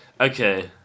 Okay